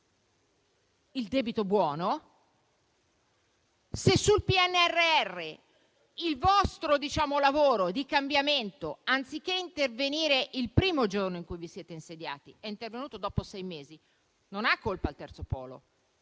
buono, il vostro lavoro di cambiamento, anziché il primo giorno in cui vi siete insediati, è intervenuto dopo sei mesi, non ne hanno colpa il terzo polo